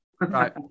Right